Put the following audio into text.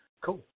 Cool